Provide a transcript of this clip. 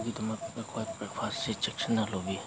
ꯑꯗꯨꯒꯤꯗꯃꯛ ꯑꯩꯈꯣꯏ ꯕ꯭ꯔꯦꯛꯐꯥꯁꯁꯤ ꯆꯦꯛꯁꯤꯟꯅ ꯂꯧꯕꯤꯎ